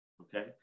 okay